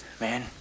Man